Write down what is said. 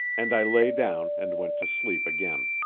and i lay down and went to asleep again.